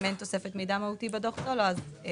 אין תוספת מידע מהותי בדוח הסולו אפשר